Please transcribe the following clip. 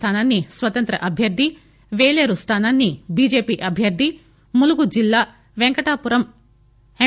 స్దానాన్ని స్వతంత్ర అభ్యర్ది పేలేరు స్దానాన్ని బిజెపి అభ్యర్ది ములుగు జిల్లా పెంకటాపురం ఎం